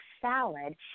salad